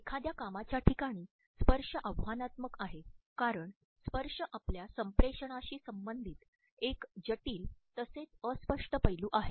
एखाद्या कामाच्या ठिकाणी स्पर्श आव्हानात्मक आहे कारण स्पर्श आपल्या संप्रेषणाशी संबंधित एक जटिल तसेच अस्पष्ट पैलू आहे